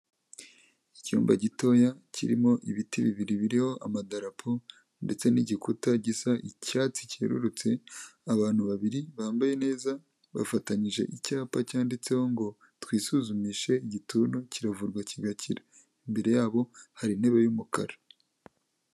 Icyumba gitoya kirimo ibiti bibiri biriho amadarapo ndetse n'igikuta gisa icyatsi cyerurutse, abantu babiri bambaye neza bafatanyije icyapa cyanditseho ngo twisuzumishe igituntu kiravurwa kigakira, imbere yabo hari intebe y'umukara.